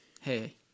hey